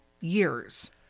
years